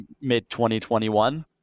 mid-2021